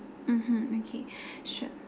mmhmm okay sure